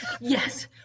Yes